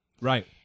Right